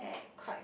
it's quite